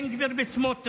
בן גביר וסמוטריץ',